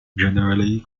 generally